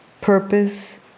purpose